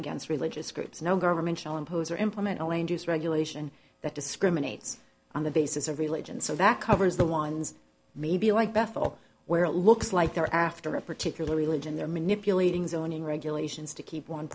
against religious groups no government shall impose or implement all angels regulation that discriminates on the basis of religion so that covers the ones maybe like bethel where it looks like they're after a particular religion they're manipulating zoning regulations to keep one